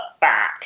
back